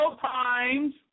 times